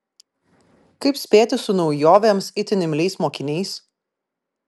kaip spėti su naujovėms itin imliais mokiniais